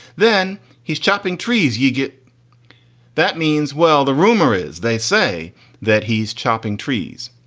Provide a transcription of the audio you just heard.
then he's chopping trees. you get that means. well, the rumor is they say that he's chopping trees.